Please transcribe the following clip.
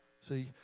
See